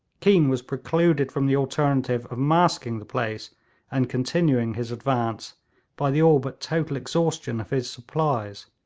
keane was precluded from the alternative of masking the place and continuing his advance by the all but total exhaustion of his supplies,